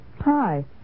Hi